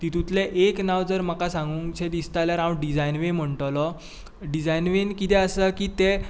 तेतुंतलें एक नांव जर म्हाका सांगूंक शें दिसता जाल्यार हांव डिझायनवे म्हणटलो डिजायनवेंन कितें आसा की ते